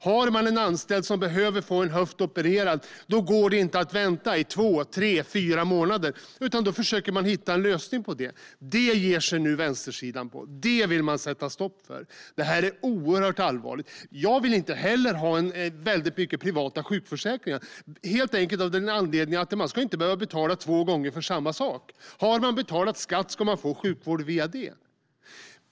Har man en anställd som behöver få en höft opererad går det inte att vänta i två tre fyra månader, utan då försöker man hitta en lösning. Detta ger sig nu vänstersidan på och vill sätta stopp för. Det är oerhört allvarligt! Jag vill inte heller ha väldigt mycket privata sjukförsäkringar, helt enkelt för att man inte ska behöva betala två gånger för samma sak. Har man betalat skatt ska man få sjukvård den vägen.